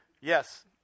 Yes